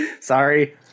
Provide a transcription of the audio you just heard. Sorry